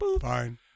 Fine